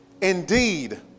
Indeed